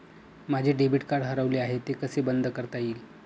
माझे debit card हरवले आहे ते कसे बंद करता येईल?